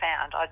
found